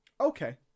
Okay